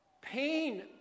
pain